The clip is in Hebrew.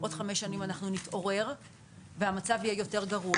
עוד חמש שנים אנחנו נתעורר והמצב יהיה יותר גרוע.